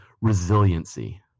resiliency